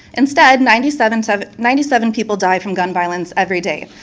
instead, ninety seven sort of ninety seven people die from gun violence every day.